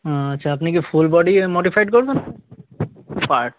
আচ্ছা আপনি কি ফুল বডি মডিফাইড করবেন পার্টস